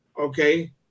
Okay